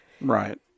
Right